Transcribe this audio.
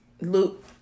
look